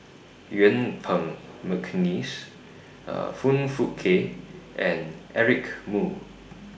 Yuen Peng Mcneice Foong Fook Kay and Eric Moo